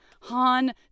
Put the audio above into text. Han